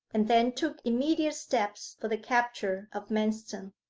and then took immediate steps for the capture of manston.